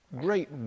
great